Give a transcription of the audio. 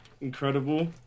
Incredible